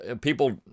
people